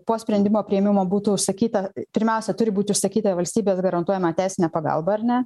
po sprendimo priėmimo būtų užsakyta pirmiausia turi būti užsakyta valstybės garantuojama teisinė pagalba ar ne